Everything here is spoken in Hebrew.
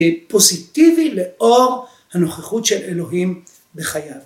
פוזיטיבי לאור הנוכחות של אלוהים בחייו.